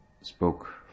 spoke